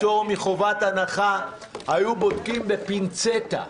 פטור מחובת הנחה היו בודקים בפינצטה,